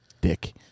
dick